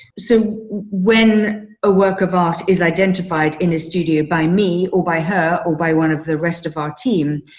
so when a work of art is identified in a studio by me or by her or by one of the rest of our team,